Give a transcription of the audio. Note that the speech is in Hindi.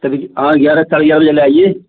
ग्यारह साढ़े ग्यारह बजे ले आइए